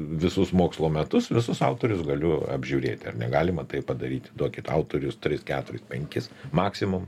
visus mokslo metus visus autorius galiu apžiūrėti ar negalima tai padaryt duokit autorius tris keturis penkis maksimum